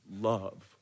Love